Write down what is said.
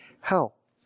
help